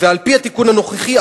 ועל-פי התיקון הנוכחי,